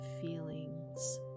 feelings